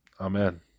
Amen